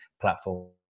platform